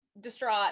distraught